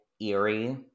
eerie